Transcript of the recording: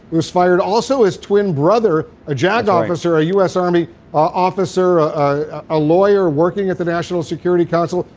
was fired? also, his twin brother, a jag officer, a u s. army officer, a lawyer working at the national security council,